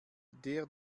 der